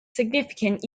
significant